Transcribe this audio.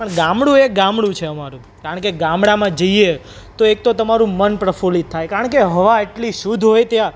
પણ ગામડું એ ગામડું છે અમારું કારણ કે ગામડામાં જઈએ તો એક તો તમારું મન પ્રફુલ્લિત થાય કારણ કે હવા એટલી શુદ્ધ હોય ત્યાં